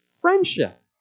Friendship